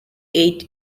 eight